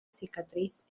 cicatriz